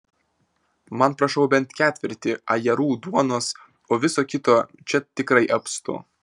man prašau bent ketvirtį ajerų duonos o viso kito čia tikrai apstu